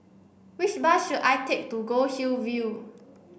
which bus should I take to Goldhill View